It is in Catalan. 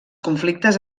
conflictes